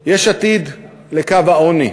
יש עתיד לקו העוני.